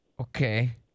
Okay